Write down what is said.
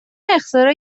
اختراع